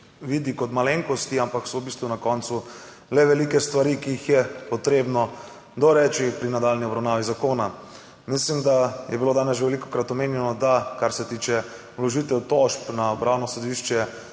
vidi kot malenkosti, ampak so v bistvu na koncu le velike stvari, ki jih je potrebno doreči pri nadaljnji obravnavi zakona. Mislim, da je bilo danes že velikokrat omenjeno, kar se tiče vložitev tožb na Upravno sodišče,